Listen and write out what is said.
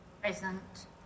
Present